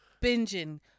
binging